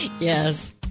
Yes